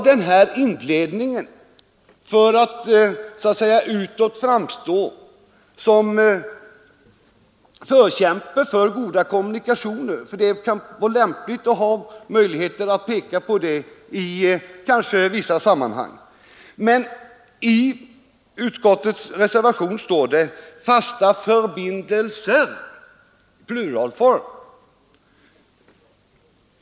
Centern har tydligen skrivit denna inledning för att utåt framstå som förkämpar för goda kommunikationer; det kan ju i vissa sammanhang vara lämpligt att kunna peka på det. Men i reservationen står det ”fasta förbindelser”, alltså pluralform.